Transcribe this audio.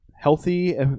healthy